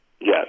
yes